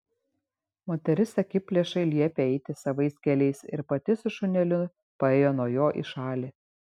moteris akiplėšai liepė eiti savais keliais ir pati su šuneliu paėjo nuo jo į šalį